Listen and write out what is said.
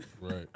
Right